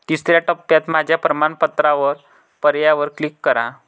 तिसर्या टप्प्यात माझ्या प्रमाणपत्र पर्यायावर क्लिक करा